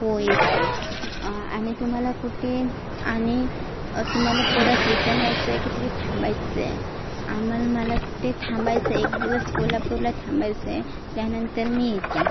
हो येतो आणि तुम्हाला कुठे आणि तुम्हाला परत रिटन यायचं आहे की तिथे थांबायचं आहे आम्हाला मला तिथे थांबायचं आहे एक दिवस कोल्हापूरला थांबायचं आहे त्यानंतर मी येते